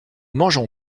mangeons